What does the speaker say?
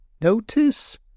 Notice